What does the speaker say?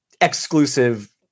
exclusive